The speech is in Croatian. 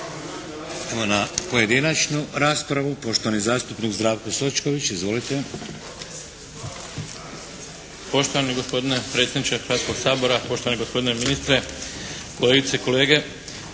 na pojedinačnu raspravu. Poštovani zastupnik Zdravo Sočković. Izvolite. **Sočković, Zdravko (HDZ)** Poštovani gospodine predsjedniče Hrvatskoga sabora, poštovani gospodine ministre, kolegice i kolege.